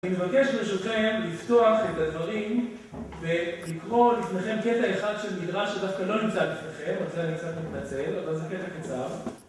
אני מבקש ברשותכם לפתוח את הדברים, ולקרוא לפניכם קטע אחד של מדרש שדווקא לא נמצא לפניכם, על זה אני קצת מתנצל, אבל זה קטע קצר